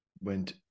went